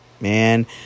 Man